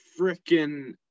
freaking